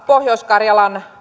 pohjois karjalan